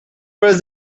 was